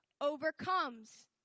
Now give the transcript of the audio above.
overcomes